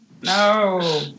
no